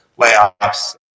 layoffs